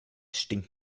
stinkt